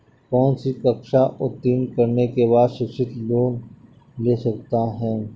कौनसी कक्षा उत्तीर्ण करने के बाद शिक्षित लोंन ले सकता हूं?